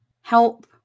help